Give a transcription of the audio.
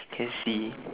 can see